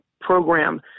program